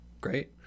Great